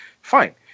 Fine